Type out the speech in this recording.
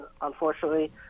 unfortunately